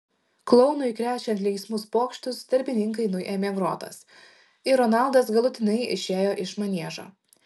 klounui krečiant linksmus pokštus darbininkai nuėmė grotas ir ronaldas galutinai išėjo iš maniežo